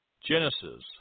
Genesis